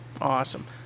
awesome